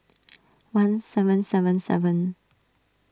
one seven seven seven